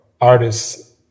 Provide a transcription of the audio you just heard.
artists